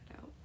out